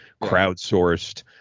crowdsourced